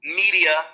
media